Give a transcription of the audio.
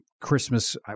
Christmas